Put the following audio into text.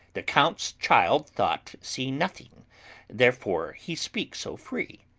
the count's child-thought see nothing therefore he speak so free.